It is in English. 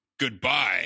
Goodbye